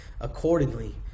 accordingly